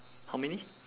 how many